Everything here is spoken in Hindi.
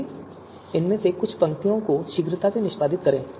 आइए इनमें से कुछ पंक्तियों को शीघ्रता से निष्पादित करें